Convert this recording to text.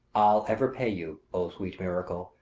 i'll ever pay you, o sweet miracle,